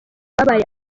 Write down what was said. babaye